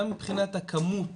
גם מבחינת הכמות